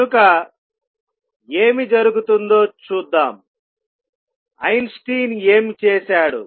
కనుక ఏమి జరుగుతుందో చూద్దాంఐన్స్టీన్ ఏమి చేశాడు